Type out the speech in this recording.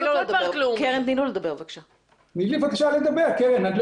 בבקשה לדבר.